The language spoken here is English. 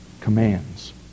commands